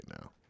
now